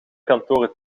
kantoren